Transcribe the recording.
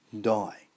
die